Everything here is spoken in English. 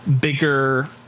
bigger